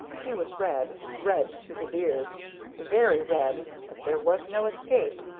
he was red, red to his ears very red, but there was no escape.